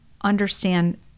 understand